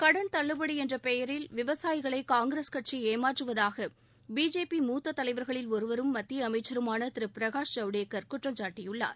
கடன் தள்ளுபடி என்ற பெயரில் விவசாயிகளை காங்கிரஸ் கட்சி ஏமாற்றுவதாக பிஜேபி மூத்தத் தலைவா்களில் ஒருவரும் மத்திய அமைச்சருமான திரு பிரகாஷ் ஜவ்டேக்கா் குற்றம்சாட்டியுள்ளார்